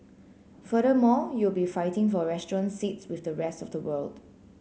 furthermore you will be fighting for restaurant seats with the rest of the world